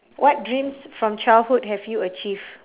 what dreams from childhood have you achieve